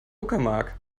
uckermark